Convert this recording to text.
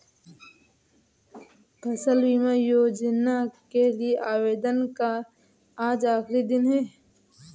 फसल बीमा योजना के लिए आवेदन का आज आखरी दिन है